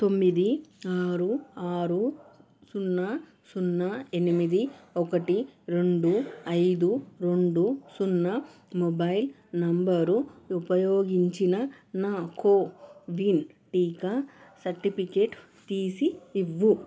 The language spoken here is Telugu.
తొమ్మిది ఆరు ఆరు సున్నా సున్నా ఎనిమిది ఒకటి రెండు ఐదు రెండు సున్నా మొబైల్ నంబరు ఉపయోగించిన నా కోవిన్ టీకా సర్టిఫికేట్ తీసి ఇవ్వు